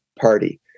Party